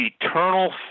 eternal